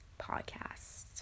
podcast